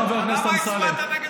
חבר הכנסת אמסלם,